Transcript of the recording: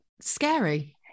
scary